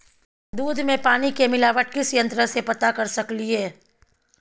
दूध में पानी के मिलावट किस यंत्र से पता कर सकलिए?